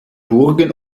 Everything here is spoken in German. burgen